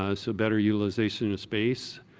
ah so better utilization of space